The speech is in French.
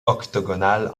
octogonale